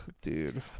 Dude